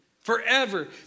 forever